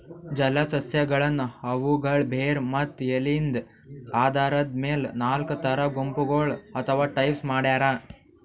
ಜಲಸಸ್ಯಗಳನ್ನ್ ಅವುಗಳ್ ಬೇರ್ ಮತ್ತ್ ಎಲಿದ್ ಆಧಾರದ್ ಮೆಲ್ ನಾಲ್ಕ್ ಥರಾ ಗುಂಪಗೋಳ್ ಅಥವಾ ಟೈಪ್ಸ್ ಮಾಡ್ಯಾರ